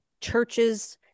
churches